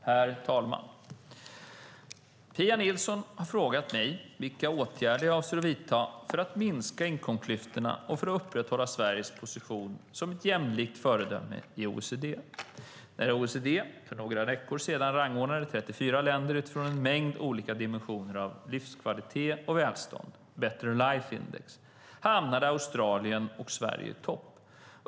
Herr talman! Pia Nilsson har frågat mig vilka åtgärder jag avser att vidta för att minska inkomstklyftorna och för att upprätthålla Sveriges position som ett jämlikt föredöme i OECD. När OECD för några veckor sedan rangordnade 34 länder utifrån en mängd olika dimensioner av livskvalitet och välstånd, Better Life Index, hamnade Australien och Sverige i topp.